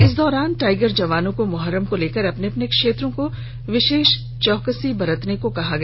इस दौरान टाइगर जवानों को मुहर्रम को लेकर अपने अपने क्षेत्रों को विशेष चौकसी बरतने को कहा गया